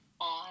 on